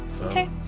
Okay